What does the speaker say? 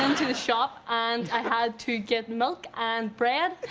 to the shop and i had to get milk and bread